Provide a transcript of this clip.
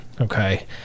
Okay